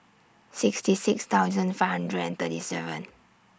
sixty six thousand five hundred and thirty seven